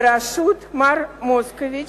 בראשות מר מוסקוביץ,